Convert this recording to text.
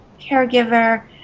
caregiver